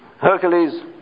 Hercules